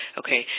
okay